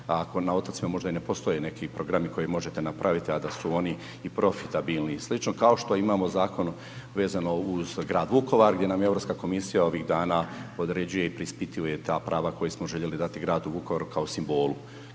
ako na otocima možda i ne postoji neki programi koje možete napraviti a da su oni i profitabilni i sl., kao što imamo zakon vezano uz grad Vukovar, gdje nam Europska komisija ovih dana određuje i preispituje ta prava koje smo željeli dati gradu Vukovaru kao simbolu,